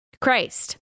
Christ